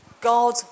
God